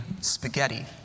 spaghetti